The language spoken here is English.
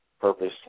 purpose